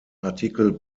artikel